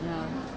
ya